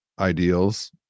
ideals